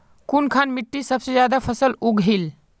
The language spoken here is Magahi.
कुनखान मिट्टी सबसे ज्यादा फसल उगहिल?